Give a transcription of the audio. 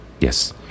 yes